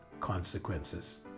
consequences